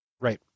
Right